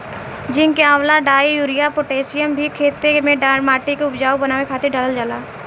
zinc के अलावा डाई, यूरिया, पोटैशियम भी खेते में माटी के उपजाऊ बनावे खातिर डालल जाला